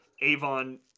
Avon